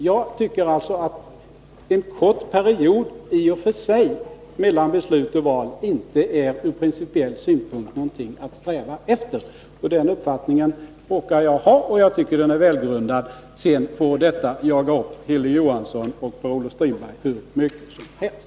Jag tycker alltså att en kort period mellan beslut och val i och för sig inte är någonting att sträva efter ur principiell synpunkt. Den uppfattningen råkar jag ha, och jag tycker den är välgrundad — sedan får detta jaga upp Hilding Johansson och Per-Olof Strindberg hur mycket som helst.